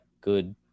good